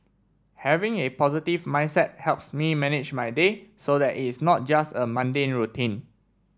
having a positive mindset helps me manage my day so that is not just a mundane routine